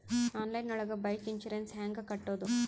Online ಒಳಗೆ bike insurance ಹ್ಯಾಂಗ್ ಕಟ್ಟುದು?